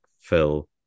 phil